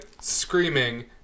screaming